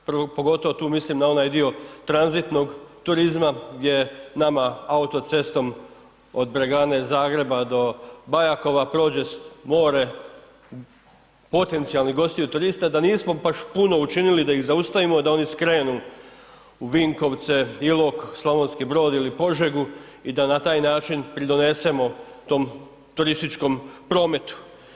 Pogotovo tu mislim na onaj dio tranzitnog turizma gdje nama autocestom od Bregane, Zagreba do Bajakova prođe more potencijalnih gostiju turista, da nismo baš puno učinili da ih zaustavimo da oni skrenu u Vinkovce, Ilok, Slavonski Brod ili Požegu i da na taj način pridonesemo tom turističkom prometu.